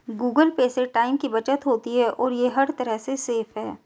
Google Pay से time की बचत होती है और ये हर तरह से सेफ है